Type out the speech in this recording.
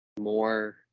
more